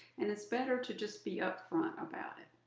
and it's better to just be up front about it.